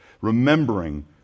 remembering